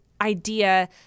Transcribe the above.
idea